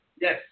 Yes